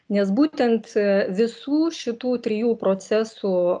nes būtent visų šitų trijų procesų